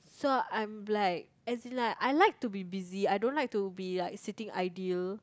so I'm like as in like I like to be busy I don't like to be like sitting ideal